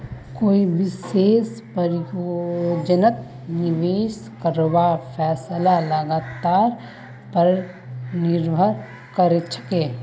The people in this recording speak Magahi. कोई विशेष परियोजनात निवेश करवार फैसला लागतेर पर निर्भर करछेक